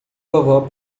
vovó